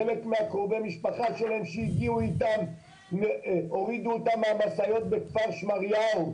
חלק מקרובי המשפחה שלהם שהגיעו איתם הורידו אותם מהמשאיות בכפר שמריהו,